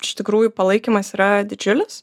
iš tikrųjų palaikymas yra didžiulis